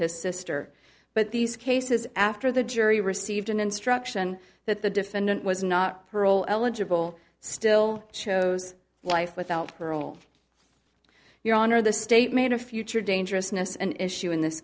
his sister but these cases after the jury received an instruction that the defendant was not perl eligible still chose life without parole your honor the state made a future dangerousness an issue in this